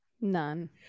None